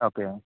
okay